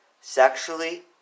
sexually